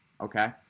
okay